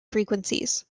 frequencies